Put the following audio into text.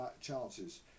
chances